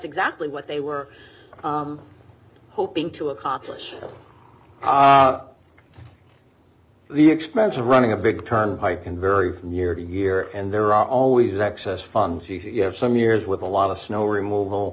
exactly what they were hoping to accomplish the expense of running a big turnpike can vary from year to year and there are always excess funds you have some years with a lot of snow removal